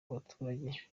baturage